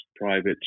private